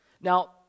Now